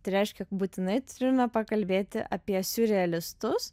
tai reiškia būtinai turime pakalbėti apie siurrealistus